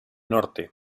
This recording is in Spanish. norte